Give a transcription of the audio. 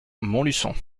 montluçon